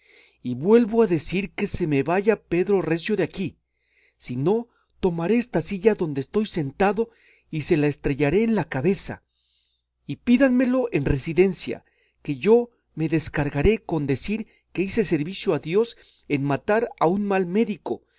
y vuelvo a decir que se me vaya pedro recio de aquí si no tomaré esta silla donde estoy sentado y se la estrellaré en la cabeza y pídanmelo en residencia que yo me descargaré con decir que hice servicio a dios en matar a un mal médico